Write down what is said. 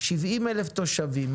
שבעים אלף תושבים,